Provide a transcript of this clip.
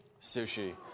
Sushi